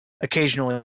occasionally